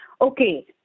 Okay